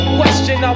question